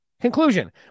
Conclusion